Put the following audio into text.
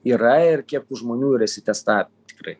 yra ir kiek tų žmonių ir išsitestavę tikrai